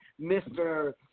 Mr